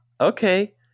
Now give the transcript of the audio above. Okay